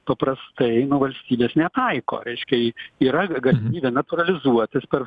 paprastai valstybės netaiko reiškia ji yra galimybė natūralizuotis per